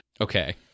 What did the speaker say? Okay